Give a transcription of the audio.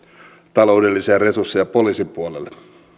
taloudellisia resursseja poliisin puolelle